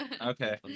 Okay